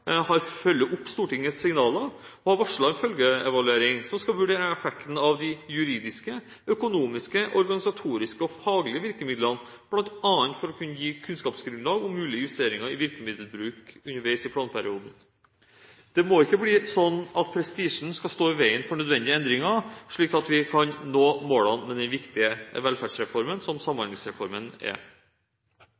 har fulgt opp Stortingets signaler, og har varslet en følgeevaluering som skal vurdere effekten av de juridiske, økonomiske, organisatoriske og faglige virkemidlene, bl.a. for å kunne gi kunnskapsgrunnlag om mulige justeringer i virkemiddelbruk underveis i planperioden. Det må ikke bli sånn at prestisjen skal stå i veien for nødvendige endringer, slik at vi kan nå målene med den viktige velferdsreformen som